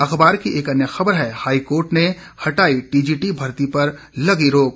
अखबार की एक अन्य खबर है हाईकोर्ट ने हटाई टीजीटी भर्ती पर लगी रोक